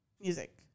music